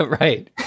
right